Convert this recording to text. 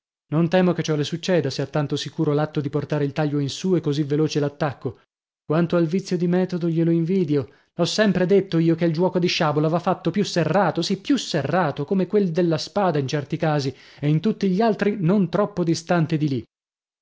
non temo che ciò le succeda se ha tanto sicuro l'atto di portare il taglio in su e così veloce l'attacco quanto al vizio di metodo glielo invidio l'ho sempre detto io che il giuoco di sciabola va fatto più serrato sì più serrato come quel della spada in certi casi e in tutti gli altri non troppo distante di lì